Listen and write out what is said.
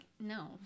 No